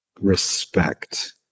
respect